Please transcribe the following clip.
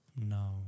No